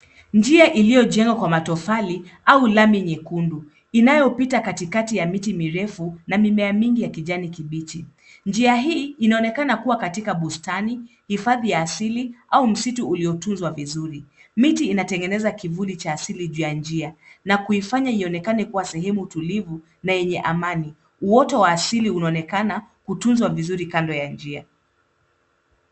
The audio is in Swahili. Njia iliyojengwa kwa matofali au lami nyekundu inaypita katikati ya miti mirefu na mimea mingi ya kijani kibichi. Njia hii inaonekana kuwa katika bustani, hifadhi asili au msitu uliotunzwa vizuri. Miti inatengeneza kivuli cha asili juu ya njia na kuifanya inekana kua sehemu tulivu na yenye amani. Uoto wa asili unaonekana kutunzwa vizuri kando ya njia.